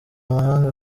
amahanga